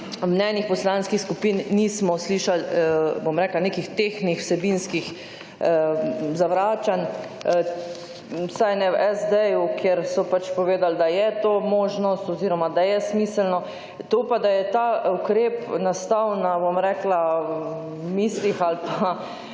mnenjih poslanskih skupin nismo slišali, bom rekla, nekih tehtnih vsebinskih zavračanj, vsaj ne v SD-ju, kjer so pač povedali, da je to možno oziroma da je smiselno. To pa, da je ta ukrep nastal na, bom rekla, mislih ali pa